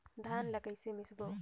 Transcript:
धान ला कइसे मिसबो?